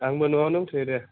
आंबो नआव दंथयो दे